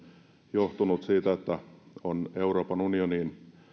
johtunut siitä että on euroopan unioniin